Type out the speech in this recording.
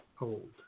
old